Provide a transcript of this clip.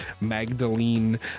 Magdalene